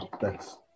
Thanks